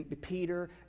Peter